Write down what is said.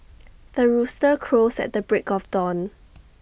the rooster crows at the break of dawn